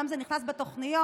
אומנם זה נכנס בתוכניות,